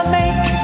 make